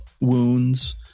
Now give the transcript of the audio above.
wounds